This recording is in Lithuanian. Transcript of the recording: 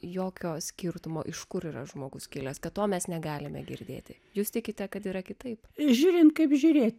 jokio skirtumo iš kur yra žmogus kilęs kad to mes negalime girdėti jūs tikite kad yra kitaip žiūrint apžiūrėti